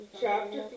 chapter